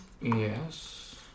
Yes